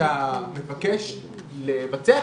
עכשיו ספציפית לגבי הנושא הזה.